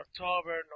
October